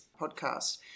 podcast